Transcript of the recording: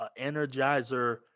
Energizer